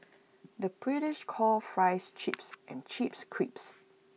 the British calls Fries Chips and Chips Crisps